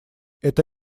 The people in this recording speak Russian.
это